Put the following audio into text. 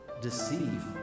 deceive